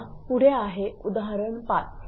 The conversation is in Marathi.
आता पुढे आहे हे उदाहरण 5